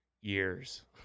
years